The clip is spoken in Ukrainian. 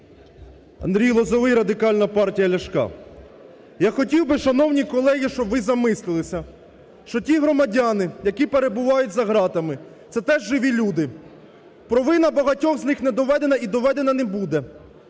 Андрій Лозовий, Радикальна партія Ляшка. Я хотів би, шановні колеги, щоб ви замислилися, що ті громадяни, які перебувають за ґратами – це теж живі люди. Провина багатьох них не доведена і доведена не буде,